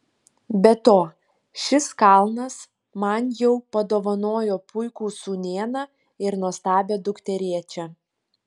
be to šis kalnas man jau padovanojo puikų sūnėną ir nuostabią dukterėčią